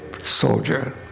soldier